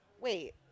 wait